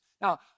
Now